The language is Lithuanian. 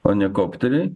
o ne kopteriai